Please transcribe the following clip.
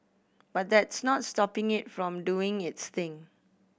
but that's not stopping it from doing its thing